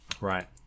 right